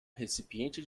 recipiente